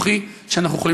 בטלוויזיה שבה אנחנו רואים